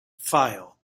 file